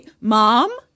Mom